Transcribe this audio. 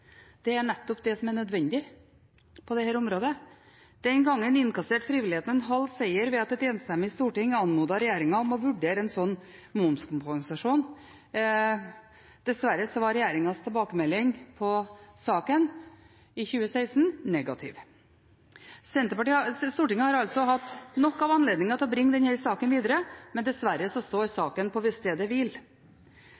Det er nettopp det som er nødvendig på dette området. Den gangen innkasserte frivilligheten en halv seier ved at et enstemmig storting anmodet regjeringen om å vurdere en slik momskompensasjon. Dessverre var regjeringens tilbakemelding på saken negativ i 2016. Stortinget har altså hatt nok av anledninger til å bringe denne saken videre, men dessverre står